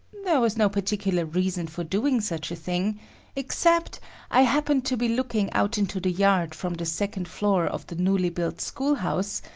there was no particular reason for doing such a thing except i happened to be looking out into the yard from the second floor of the newly-built school house,